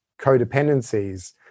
codependencies